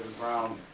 brown.